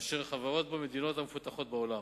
אשר חברות בו המדינות המפותחות בעולם,